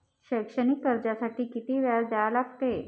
शैक्षणिक कर्जासाठी किती व्याज द्या लागते?